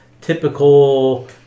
typical